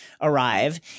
arrive